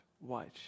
watch